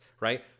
right